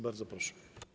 Bardzo proszę.